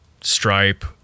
stripe